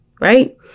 right